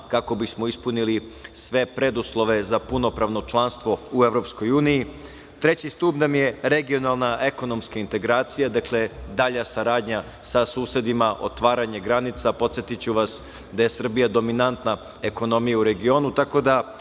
kako bismo ispunili sve preduslove za punopravno članstvo u EU.Treći stub nam je regionalna ekonomska integracija. Dakle, dalja saradnja sa susedima, otvaranje granica. Podsetiću vas da je Srbija dominantna ekonomija u regionu,